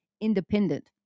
independent